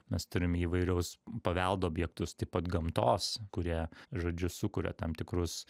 mes turim įvairiaus paveldo objektus taip pat gamtos kurie žodžiu sukuria tam tikrus